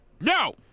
No